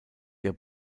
der